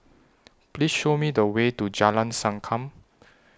Please Show Me The Way to Jalan Sankam